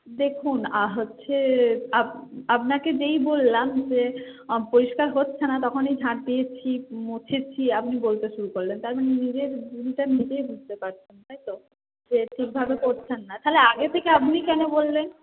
দেখুন হচ্ছে আপনাকে যেই বললাম যে পরিষ্কার হচ্ছে না তখনই ঝাঁট দিয়েছি মুছেছি আপনি বলতে শুরু করলেন তার মানে নিজের ভুলটা নিজেই বুঝতে পারছেন তাই তো যে ঠিকভাবে করছেন না তাহলে আগে থেকে আপনি কেন বললেন